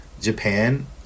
Japan